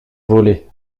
volé